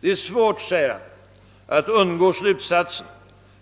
Det är svårt, säger han, att undgå slutsatsen